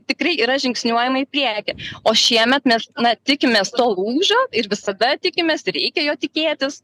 tikrai yra žingsniuojama į priekį o šiemet mes na tikimės to lūžio ir visada tikimės ir reikia jo tikėtis